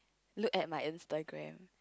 look at my Instagram